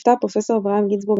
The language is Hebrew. נפטר פרופ׳ אברהם גינזבורג,